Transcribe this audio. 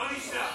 לא נשלח,